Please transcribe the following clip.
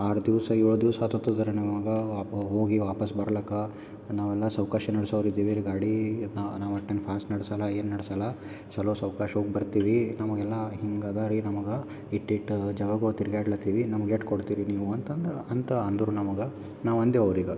ಆರು ದಿವಸ ಏಳು ದಿವಸ ಹತ್ತು ಹತ್ತಿರದ ನಿಮಗೆ ವಾಪ್ ಹೋಗಿ ವಾಪಾಸ್ ಬರ್ಲಕ ನಾವೆಲ್ಲ ಸಾವ್ಕಾಶಿ ನಡೆಸೋರಿದ್ದೀವಿ ರೀ ಗಾಡೀ ನಾವು ನಾವು ಅಟ್ಟೊನ್ದ್ ಫಾಸ್ಟ್ ನಡ್ಸೊಲ್ಲ ಏನು ನಡ್ಸೊಲ್ಲ ಚಲೋ ಸಾವ್ಕಶ್ವಾಗಿ ಬರ್ತೀವಿ ನಮಗೆಲ್ಲ ಹಿಂಗದ ರೇಟ್ ನಮ್ಗೆ ಇಷ್ಟ್ ಇಷ್ಟ್ ಜಾಗಗಳ್ ತಿರ್ಗಾಡ್ಲೆತಿವಿ ನಮಗೆ ಎಷ್ಟ್ ಕೊಡ್ತೀರಿ ನೀವು ಅಂತ ಅಂದಳು ಅಂತ ಅಂದರು ನಮಗೆ ನಾವು ಅಂದೆವು ಅವ್ರಿಗೆ